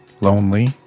lonely